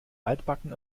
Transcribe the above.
altbacken